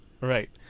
Right